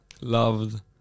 loved